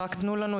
רק תנו לנו,